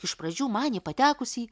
iš pradžių manė patekusi į